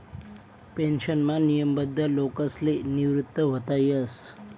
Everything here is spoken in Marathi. पेन्शनमा नियमबद्ध लोकसले निवृत व्हता येस